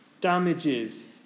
damages